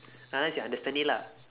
unless you understand it lah